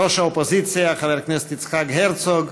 ראש האופוזיציה חבר הכנסת יצחק הרצוג,